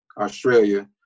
Australia